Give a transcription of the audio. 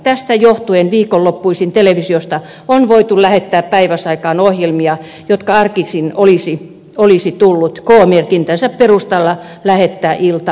tästä johtuen viikonloppuisin televisiosta on voitu lähettää päiväsaikaan ohjelmia jotka arkisin olisi tullut k merkintänsä perusteella lähettää ilta aikaan